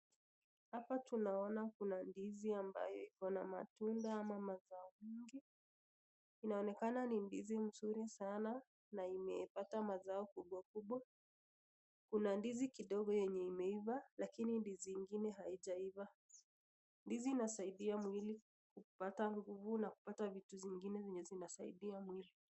Hapa tunaona kuna ndizi ambayo iko na matunda ama mazao mingi, inaonekana ni ndizi mzuri sana na imepata mazao kubwa kubwa, kuna ndizi kidogo yenye imeiva lakini ndizi ingine haijaiva. Ndizi inasaidia mwili kupata nguvu na kupata vitu zingine zenye zinasaidia mwili.